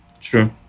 true